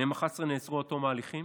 ומהם 11 נעצרו עד תום ההליכים